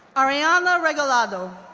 arianna regalado,